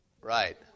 Right